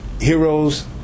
Heroes